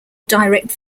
direct